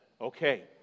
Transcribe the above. Okay